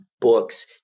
books